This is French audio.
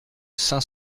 saint